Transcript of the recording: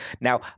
Now